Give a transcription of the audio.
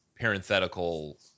parenthetical